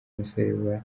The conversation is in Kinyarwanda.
umusore